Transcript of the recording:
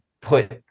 put